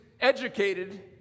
educated